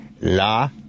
La